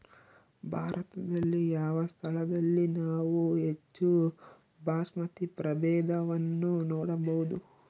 ಭಾರತದಲ್ಲಿ ಯಾವ ಸ್ಥಳದಲ್ಲಿ ನಾವು ಹೆಚ್ಚು ಬಾಸ್ಮತಿ ಪ್ರಭೇದವನ್ನು ನೋಡಬಹುದು?